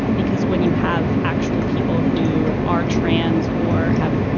because when you have actual people who are trans or have,